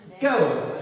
Go